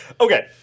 okay